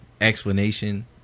Explanation